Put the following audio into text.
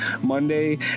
Monday